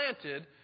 planted